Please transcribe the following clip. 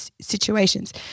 situations